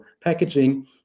packaging